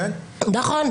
נכון.